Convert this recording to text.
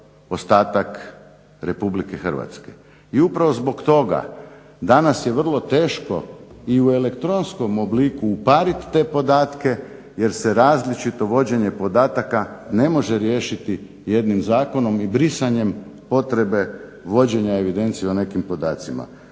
ostatak Republike Hrvatske. I upravo zbog toga danas je vrlo teško i u elektronskom obliku uparit te podatke jer se različito vođenje podataka ne može riješiti jednim zakonom i brisanjem potrebe vođenja evidencije o nekim podacima.